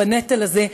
בנטל הזה.